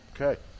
Okay